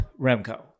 Remco